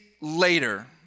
later